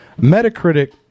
Metacritic